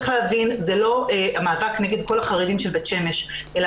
צריך להבין שזה לא מאבק נגד כל החרדים של בית שמש אלא